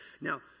Now